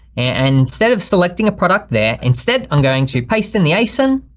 and instead of selecting a product there, instead i'm going to paste in the asin.